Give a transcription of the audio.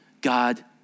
God